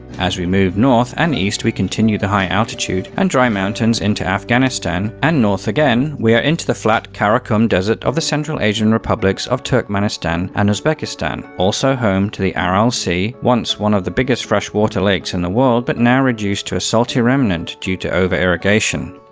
as we move north and east we continue the high altitude and dry mountains into afghanistan, and north again we are into the flat karakum desert of the central asian republics of turkmenistan and uzbekistan, also home to the aral sea, once one of the biggest freshwater lakes in the world, but now reduced to a salty remnant due to over-irrigation.